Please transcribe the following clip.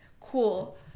cool